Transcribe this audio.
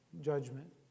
judgment